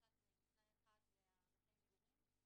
בשלושה תנאים: תנאי אחד זה בתי המגורים,